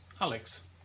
Alex